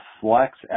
flex